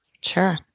Sure